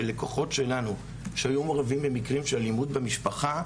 של לקוחות שלנו שהיו מעורבים במקרים של אלימות במשפחה,